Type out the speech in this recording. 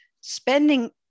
spending